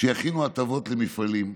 שיכינו הטבות למפעלים.